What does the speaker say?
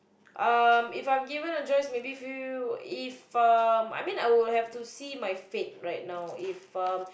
um if I'm given a choice maybe few if um I mean I would have to see my fate right now if um